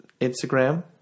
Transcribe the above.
Instagram